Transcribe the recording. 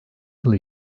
yıl